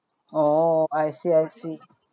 oh I see I see